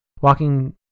Walking